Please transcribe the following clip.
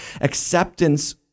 Acceptance